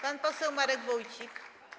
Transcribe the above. Pan poseł Marek Wójcik.